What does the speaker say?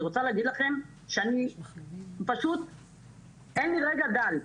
אני רוצה להגיד לכם שאין לי רגע דל.